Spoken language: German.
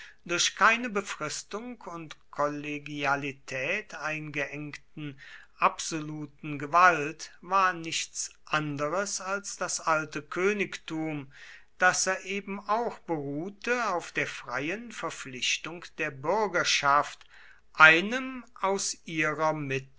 durch keine befristung und kollegialität eingeengten absoluten gewalt war nichts anderes als das alte königtum das ja eben auch beruhte auf der freien verpflichtung der bürgerschaft einem aus ihrer mitte